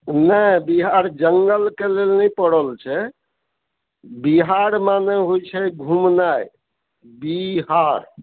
नहि बिहार जङ्गलके लेल नहि पड़ल छै बिहार मने होइ छै घुमनाइ बी हार